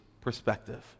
perspective